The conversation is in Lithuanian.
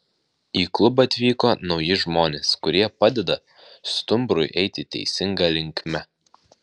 į klubą atvyko nauji žmonės kurie padeda stumbrui eiti teisinga linkme